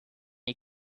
you